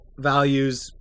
values